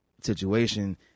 situation